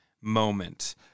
moment